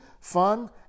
fun